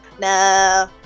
No